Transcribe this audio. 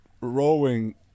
rowing